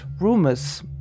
rumors